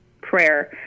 prayer